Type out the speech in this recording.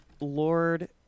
Lord